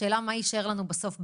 השאלה היא מה יישאר לנו בסוף ביד,